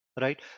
Right